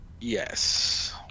Yes